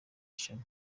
shami